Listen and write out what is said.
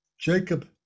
Jacob